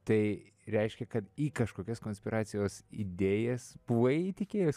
tai reiškia kad į kažkokias konspiracijos idėjas buvai įtikėjus